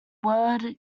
word